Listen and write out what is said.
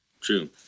True